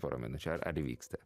porą minučių ar ar įvyksta